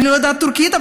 את יודעת גם טורקית?